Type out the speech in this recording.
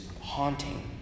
haunting